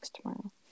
tomorrow